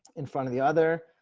in front of the other.